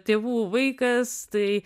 tėvų vaikas tai